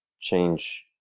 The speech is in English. change